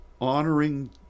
honoring